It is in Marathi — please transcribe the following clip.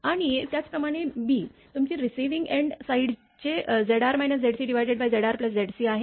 आणि त्याचप्रमाणे b तुमची रीसीविंग एंड साइड चे Zr ZcZrZcआहे